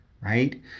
right